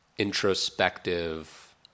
Introspective